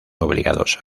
obligados